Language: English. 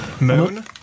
Moon